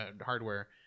hardware